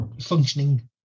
functioning